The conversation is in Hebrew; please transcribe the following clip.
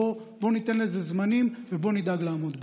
בוא ניתן לזה זמנים ובוא נדאג לעמוד בהם.